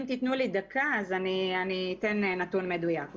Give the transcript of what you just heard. אם תתנו לי דקה אז אתן נתון מדויק.